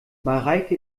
mareike